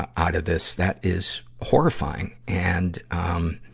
ah out of this. that is horrifying, and, um, ah,